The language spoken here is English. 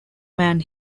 man